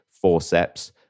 forceps